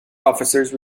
officers